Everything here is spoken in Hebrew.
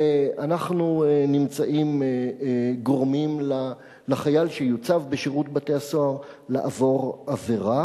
ואנחנו גורמים לחייל שיוצב בשירות בתי-הסוהר לעבור עבירה.